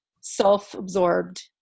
self-absorbed